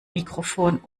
mikrofon